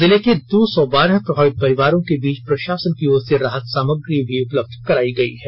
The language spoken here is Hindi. जिले के दो सौ बारह प्रभावित परिवारों के बीच प्रशासन की ओर से राहत सामग्री भी उपलब्ध करायी गयी है